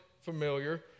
familiar